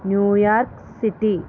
New York City